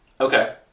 Okay